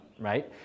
right